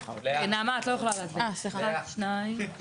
אה כן,